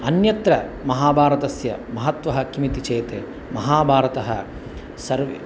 अन्यत्र महाभारतस्य महत्वः किमिति चेत् महाभारतः सर्व